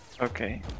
Okay